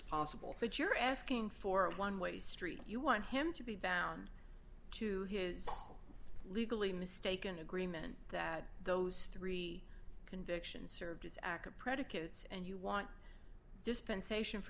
possible that you're asking for a one way street you want him to be bound to his legally mistaken agreement that those three convictions served as aca predicates and you want dispensation for